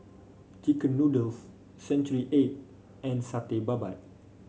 chicken noodles Century Egg and Satay Babat